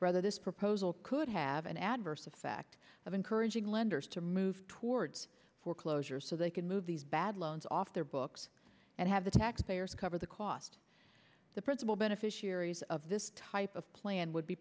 rather this proposal could have an adverse effect of encouraging lenders to move towards foreclosure so they can move these bad loans off their books and have the taxpayers cover the cost the principal beneficiaries of this type of plan would be